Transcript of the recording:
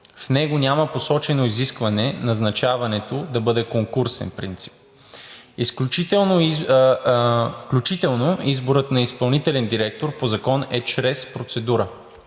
В него няма посочено изискване назначаването да бъде на конкурсен принцип, включително изборът на изпълнителен директор по закон е чрез процедура.